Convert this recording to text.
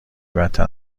بدتر